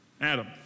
Adam